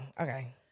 okay